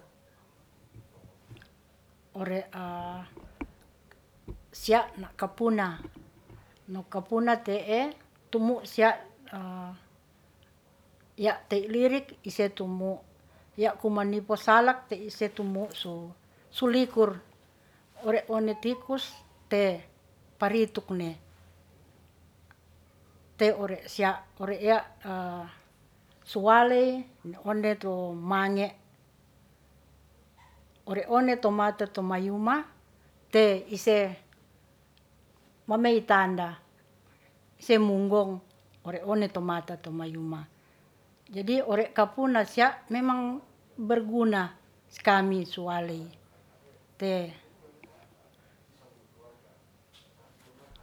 Ore sia na kapuna na kapuna te'e tumu' sia ya' te lirik ise tumu ya' kuma nipo salak, te ise tumu su sulikur. Ore one tikus te paritukne te ore sia, ore ya' suwalei na onde tu mange ore one to mata to mayuma te ise mamey tanda se munggong ore one to mata to mayuma. Jadi ore kapuna sia memang berguna so lmia suwalei, te